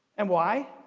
and why?